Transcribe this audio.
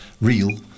real